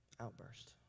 outburst